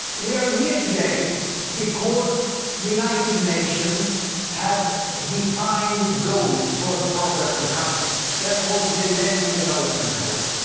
we are here today because united nations have defined goals for the progress of countries. they're called millennium development goals.